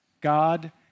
God